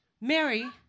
Mary